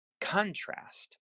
contrast